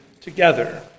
together